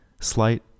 Slight